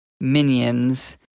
minions